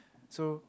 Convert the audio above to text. so